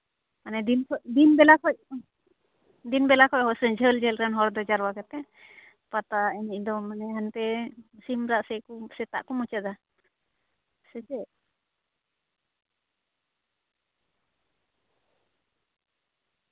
ᱢᱟᱱᱮ ᱫᱤᱱ ᱠᱷᱚᱱ ᱫᱤᱱ ᱵᱮᱞᱟ ᱠᱷᱚᱱ ᱫᱤᱱ ᱵᱮᱞᱟ ᱠᱷᱚᱱ ᱦᱚᱸ ᱥᱮ ᱡᱷᱟᱹᱞᱼᱡᱷᱟᱹᱞ ᱨᱮᱱ ᱦᱚᱲ ᱫᱚ ᱡᱟᱨᱣᱟ ᱠᱟᱛᱮᱫ ᱯᱟᱛᱟ ᱮᱱᱮᱡ ᱫᱚ ᱢᱟᱱᱮ ᱦᱟᱱᱛᱮ ᱥᱤᱢᱨᱟᱜ ᱥᱮᱫ ᱥᱮᱛᱟᱜ ᱠᱚ ᱢᱩᱪᱟᱹᱫᱟ ᱥᱮ ᱪᱮᱫ